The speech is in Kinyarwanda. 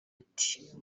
ati